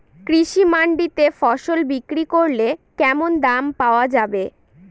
কৃষি মান্ডিতে ফসল বিক্রি করলে কেমন দাম পাওয়া যাবে?